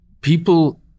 people